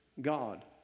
God